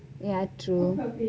ya true